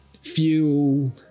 fuel